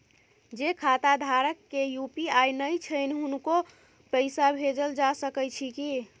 जे खाता धारक के यु.पी.आई नय छैन हुनको पैसा भेजल जा सकै छी कि?